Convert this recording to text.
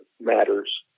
matters